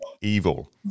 evil